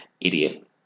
Idiot